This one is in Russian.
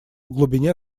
глубине